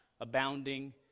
abounding